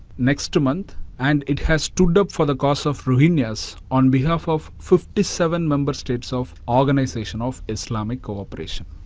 next month. and it has stood up for the cause of rohingyas on behalf of fifty seven member states of organization of islamic cooperation.